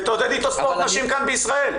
ותעודד איתו ספורט נשים כאן בישראל.